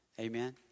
Amen